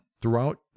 throughout